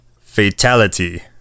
Fatality